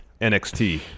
NXT